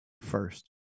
first